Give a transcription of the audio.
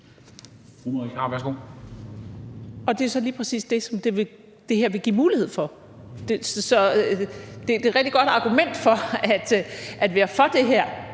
Det er så lige præcis det, som det her vil give mulighed for. Så det er et rigtig godt argument for at være for det her,